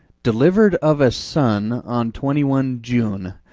delivered of a son on twenty one june,